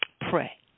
Pray